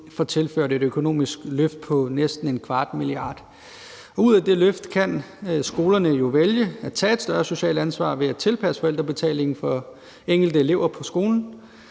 får tilført et økonomisk løft på næsten en 1/4 mia. kr. Ud af det løft kan skolerne jo vælge at tage et større socialt ansvar ved at tilpasse forældrebetalingen for enkelte elever på skolen.